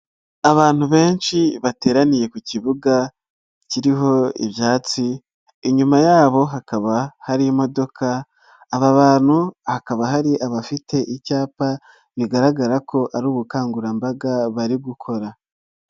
Abantu benshi bateraniye ku kibuga kiriho ibyatsi, inyuma yabo hakaba hari imodoka, aba bantu hakaba hari abafite icyapa, bigaragara ko ari ubukangurambaga bari gukora.